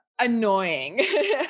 annoying